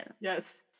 Yes